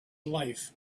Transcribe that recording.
life